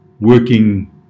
working